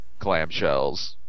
clamshells